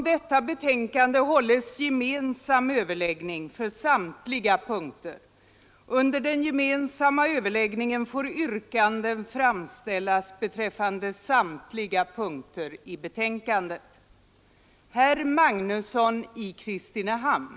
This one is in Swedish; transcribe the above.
I det följande redovisas endast de punkter, vid vilka under överläggningen framställts särskilda yrkanden.